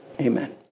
Amen